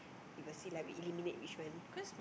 we will see lah we eliminate which one